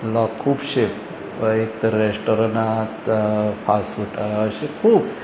लोक खुबशे एक तर रेस्टोरनांत फास्ट फूड अशे खूब